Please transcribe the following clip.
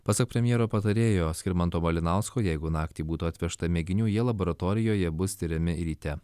pasak premjero patarėjo skirmanto malinausko jeigu naktį būtų atvežta mėginių jie laboratorijoje bus tiriami ryte